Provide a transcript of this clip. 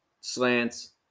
slants